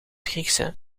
griekse